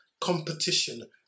competition